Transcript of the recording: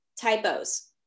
Typos